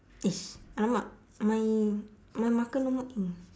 eh !alamak! my my marker no more ink